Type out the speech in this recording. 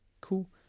Cool